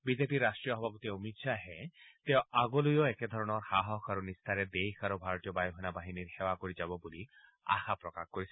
বিজেপিৰ ৰাট্টীয় সভাপতি অমিত শ্বাহে তেওঁ আগলৈও একেধৰণৰ সাহস আৰু নিষ্ঠাৰে দেশ আৰু ভাৰতীয় বায়ুসেনা বাহিনীৰ সেৱা কৰি যাব বুলি আশা প্ৰকাশ কৰিছে